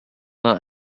not